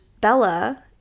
Bella